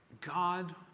God